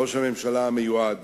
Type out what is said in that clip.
ראש הממשלה המיועד